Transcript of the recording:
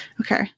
Okay